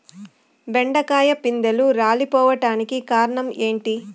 బెండకాయ పిందెలు రాలిపోవడానికి కారణం ఏంటి?